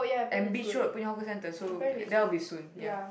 and Beach-Road punya hawker centre so like that will be soon ya